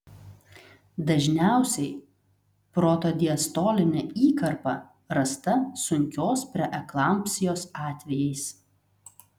dažniausiai protodiastolinė įkarpa rasta sunkios preeklampsijos atvejais